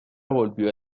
volvió